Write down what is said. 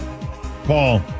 Paul